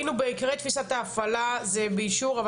ההינו בעיקרי תפיסת ההפעלה זה באישור,